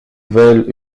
veulent